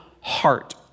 heart